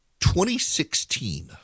2016